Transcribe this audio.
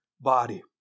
body